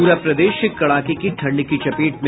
पूरा प्रदेश कड़ाके की ठंड की चपेट में